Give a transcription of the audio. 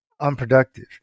unproductive